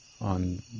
on